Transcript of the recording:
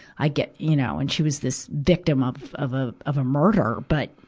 i get you know, and she was this victim of, of a, of a murder. but,